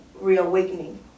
reawakening